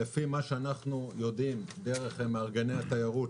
לפי מה שאנחנו יודעים דרך מארגני התיירות,